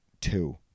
two